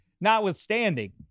notwithstanding